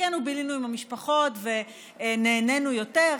חלקנו בילינו עם המשפחות ונהנינו יותר,